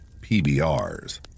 PBRs